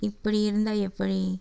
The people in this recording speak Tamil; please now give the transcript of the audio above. இப்படி இருந்தால் எப்படி